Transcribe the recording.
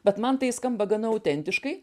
bet man tai skamba gana autentiškai